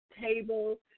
table